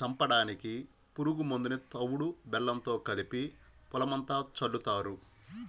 చంపడానికి పురుగు మందుని తవుడు బెల్లంతో కలిపి పొలమంతా చల్లుతారు